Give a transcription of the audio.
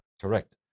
Correct